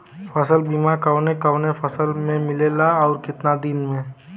फ़सल बीमा कवने कवने फसल में मिलेला अउर कितना दिन में?